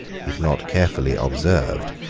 if not carefully observed,